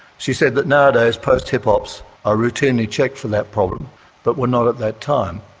she said that nowadays post-hip-ops are routinely checked for that problem but were not at that time.